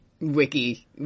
Wiki